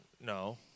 No